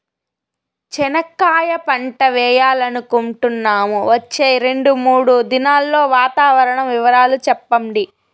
చెనక్కాయ పంట వేయాలనుకుంటున్నాము, వచ్చే రెండు, మూడు దినాల్లో వాతావరణం వివరాలు చెప్పండి?